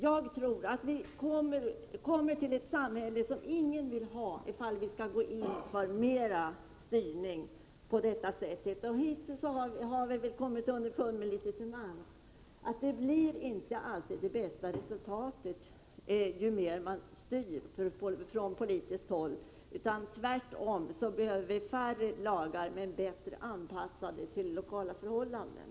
Jag tror att vi får ett samhälle som ingen vill ha om vi går in för mer styrning. Hittills har vi väl litet till mans kommit underfund med att man inte alltid får ett bättre resultat ju mer vi styr från politiskt håll. Tvärtom — vi behöver färre lagar, som däremot är bättre anpassade till lokala förhållanden.